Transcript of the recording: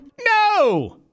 No